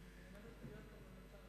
אני מלמד אותה להיות פרלמנטרית.